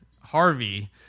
Harvey